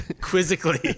quizzically